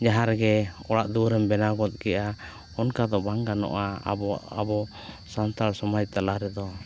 ᱡᱟᱦᱟᱸ ᱨᱮᱜᱮ ᱚᱲᱟᱜ ᱫᱩᱣᱟᱹᱨᱮᱢ ᱵᱮᱱᱟᱣ ᱜᱚᱫ ᱠᱮᱫᱼᱟ ᱚᱱᱠᱟᱫᱚ ᱵᱟᱝ ᱜᱟᱱᱚᱜᱼᱟ ᱟᱵᱚᱣᱟᱜ ᱟᱵᱚ ᱥᱟᱱᱛᱟᱲ ᱥᱚᱢᱟᱡᱽ ᱛᱟᱞᱟ ᱨᱮᱫᱚ